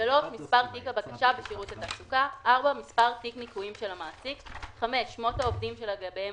"(2)אם העורר מיוצג,